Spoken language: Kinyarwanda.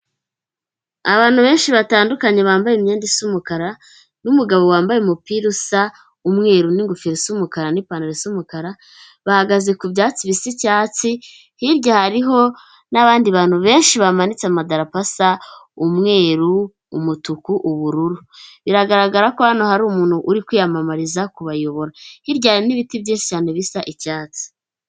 Abantu benshi batandukanye bambaye imyenda isa umukara, n'umugabo wambaye umupira usa umweru n'ingofero isa umukara, n'ipantara isa umukara, bahagaze ku byatsi bisa icyatsi, hirya hariho n'abandi bantu benshi bamanitse amadarapo asa umweru, umutuku, ubururu. Biragaragara ko hano hari umuntu urikwiyamamariza kubayobora. Hirya hari n'ibiti byinshi cyane bisa icyatsi.